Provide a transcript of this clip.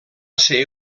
ser